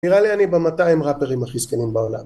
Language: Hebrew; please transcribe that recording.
נראה לי אני במאתיים ראפרים הכי זקנים בעולם